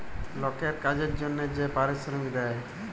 লকের কাজের জনহে যে পারিশ্রমিক দেয়